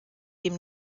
dem